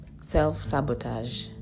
self-sabotage